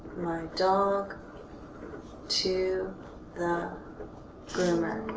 my dog to the groomer.